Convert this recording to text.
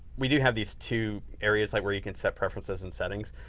we do have these two areas like where you can set preferences and settings.